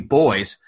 boys